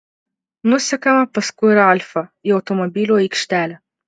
nusekame paskui ralfą į automobilių aikštelę